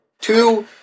Two